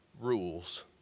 rules